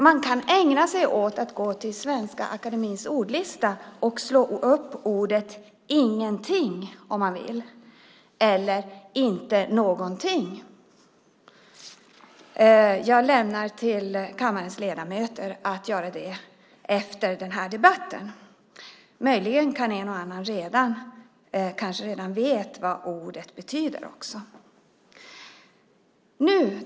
Man kan ägna sig åt att gå till Svenska Akademiens ordlista och slå upp ordet "ingenting" om man vill eller "inte någonting". Jag lämnar åt kammarens ledamöter att göra det efter den här debatten. Möjligen vet redan en och annan vad ordet betyder.